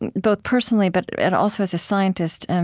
and both personally, but and also as a scientist and